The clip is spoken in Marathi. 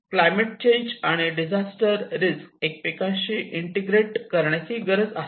क्लायमेट चेंज आणि डिझास्टर रिस्क एकमेकांशी इंटिग्रेट करण्याची गरज आहे